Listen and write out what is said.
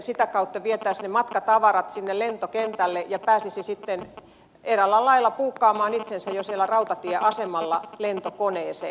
sitä kautta vietäisiin matkatavarat lentokentälle ja pääsisi eräällä lailla buukkaamaan itsensä jo rautatieasemalla lentokoneeseen